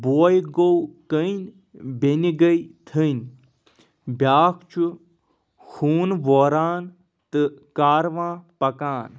بوے گوٚو کٔنۍ بیٚنہِ گٔیے تھٔنۍ بیٛاکھ چھُ ہوٗن وۄران تہٕ کارواں پَکان